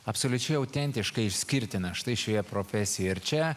absoliučiai autentiškai išskirtina štai šioje profesijoje ir čia